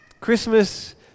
Christmas